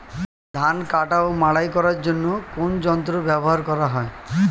ধান কাটা ও মাড়াই করার জন্য কোন যন্ত্র ব্যবহার করা হয়?